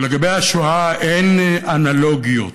שלגבי השואה אין אנלוגיות,